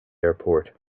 airport